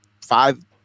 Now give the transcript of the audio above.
five